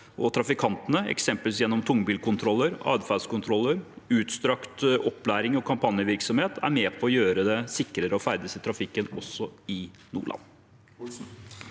trafikantene, eksempelvis gjennom tungbilkontroller, atferdskontroller, utstrakt opplæring og kampanjevirk somhet, er med på å gjøre det sikrere å ferdes i trafikken, også i Nordland.